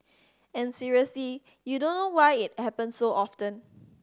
and seriously you don't know why it happens so often